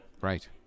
Right